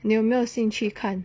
你有没有兴趣看